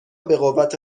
بقوت